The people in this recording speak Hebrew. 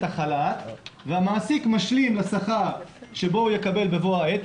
החל"ת והמעסיק משלים לשכר שבו יקבל בבוא העת,